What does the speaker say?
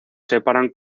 separan